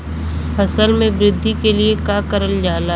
फसल मे वृद्धि के लिए का करल जाला?